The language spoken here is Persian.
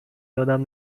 یادم